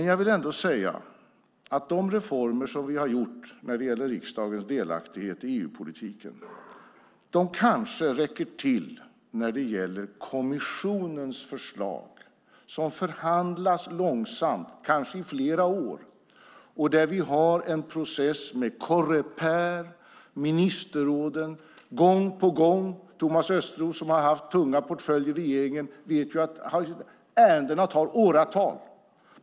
Jag vill ändå säga att de reformer vi har gjort när det gäller riksdagens delaktighet i EU-politiken kanske räcker till när det gäller kommissionens förslag, som förhandlas långsamt - kanske i flera år - och där vi har en process med Coreper och ministerråden gång på gång. Thomas Östros, som har haft tunga portföljer i regeringen, vet att ärendena tar åratal.